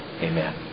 Amen